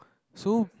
so